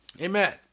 Amen